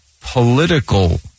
political